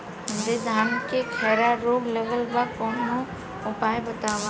हमरे धान में खैरा रोग लगल बा कवनो उपाय बतावा?